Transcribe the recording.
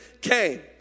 came